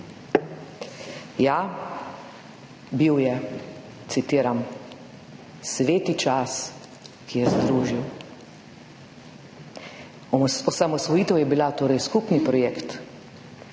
Ja, bil je, citiram, »sveti čas, ki je združil«. Osamosvojitev je bila torej skupni projekt